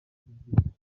byumvikana